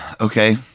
okay